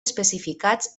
especificats